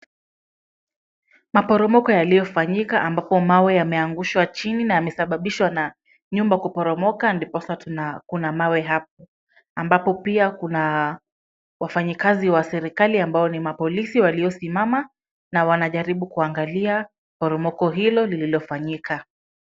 Maporomoko yaliyofanyika ambapo mawe yameangushwa chini na yamesababishwa na nyumba kuporomoka ndiposa tunakuna mawe hapa. Ambapo pia kuna wafanyikazi wa serikali ambao ni mapolisi waliosimama na wanajaribu kuangalia poromoko hilo lililofanyika.